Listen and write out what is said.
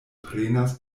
prenas